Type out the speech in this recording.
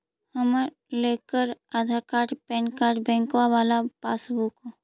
हम लेकर Aadhaar card PAN card बैंकवा वाला पासबुक?